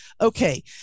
okay